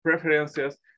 preferences